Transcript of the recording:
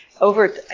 over